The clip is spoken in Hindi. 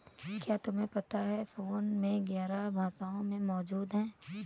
क्या तुम्हें पता है फोन पे ग्यारह भाषाओं में मौजूद है?